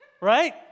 Right